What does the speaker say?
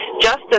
justice